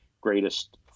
greatest